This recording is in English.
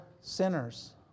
sinners